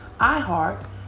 iHeart